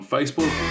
Facebook